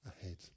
ahead